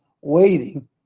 waiting